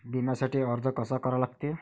बिम्यासाठी अर्ज कसा करा लागते?